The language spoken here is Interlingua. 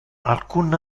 alcun